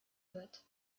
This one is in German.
wird